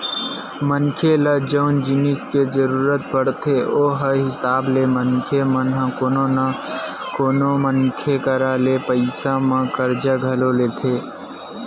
मनखे ल जउन जिनिस के जरुरत पड़थे ओ हिसाब ले मनखे मन ह कोनो न कोनो मनखे करा ले पइसा म करजा घलो लेथे